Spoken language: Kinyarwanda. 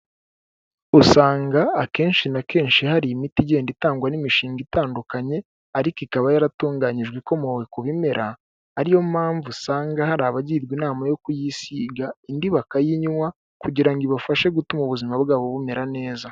Usanga akenshi na kenshi hari imiti igenda itangwa n'imishinga itandukanye ariko ikaba yaratunganyijwe ibi ikomowe ku bimera, ari yo mpamvu usanga hari abagirwa inama yo kuyisiga indi bakayinywa kugira ngo ibafashe gutuma ubuzima bwabo bumera neza.